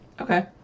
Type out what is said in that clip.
Okay